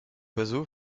oiseau